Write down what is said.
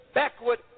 backward